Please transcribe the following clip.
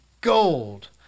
gold